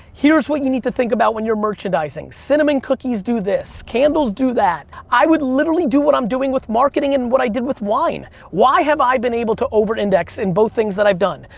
here's what you need to think about when you're merchandising. cinnamon cookies do this, candles do that. i would literally do what i'm doing with marketing, and what i did with wine. why have i been able to over-index in both things that i've done.